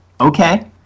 okay